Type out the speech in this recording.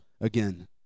again